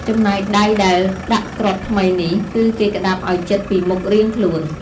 ចំណែកដៃដែលដាក់គ្រាប់ថ្មីនេះ គឺគេក្តាប់ឲ្យជិតពីមុខរៀងខ្លួន។